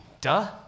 duh